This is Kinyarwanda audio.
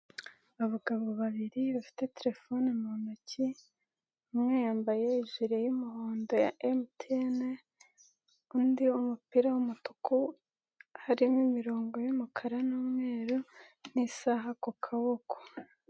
Abagabo babiri bafite terefone mu ntoki, umwe yambaye ijire y'umuhondo ya MTN, undi umupira w'umutuku harimo imirongo y'umukara n'umweru n'isaha ku kaboko.